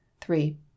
three